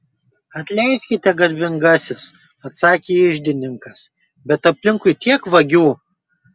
atleiskite garbingasis atsakė iždininkas bet aplinkui tiek vagių